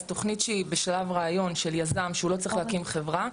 אז תוכנית שהיא בשלב ראיון של יזם שהוא לא צריך להקים חברה,